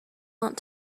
want